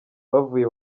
bavuye